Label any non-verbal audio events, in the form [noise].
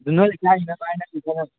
ꯑꯗꯨ ꯅꯣꯏ ꯁ꯭ꯋꯥꯏꯁꯤꯅ ꯚꯥꯏ [unintelligible]